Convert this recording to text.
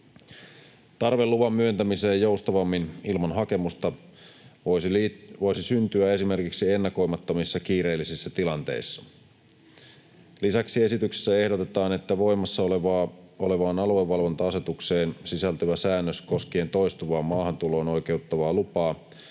Tarve luvan myöntämiseen joustavammin ilman hakemusta voisi syntyä esimerkiksi ennakoimattomissa kiireellisissä tilanteissa. Lisäksi esityksessä ehdotetaan, että voimassa olevaan aluevalvonta-asetukseen sisältyvä säännös koskien toistuvaan maahantuloon oikeuttavaa lupaa